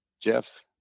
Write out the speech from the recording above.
Jeff